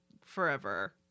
forever